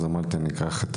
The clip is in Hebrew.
אז אמרתי: "ניקח את